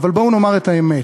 אבל בואו נאמר את האמת,